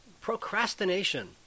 Procrastination